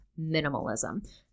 minimalism